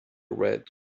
red